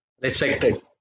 respected